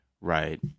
right